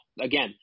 again